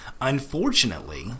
unfortunately